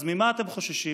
אז ממה אתם חוששים?